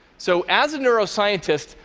so as a neuroscientist,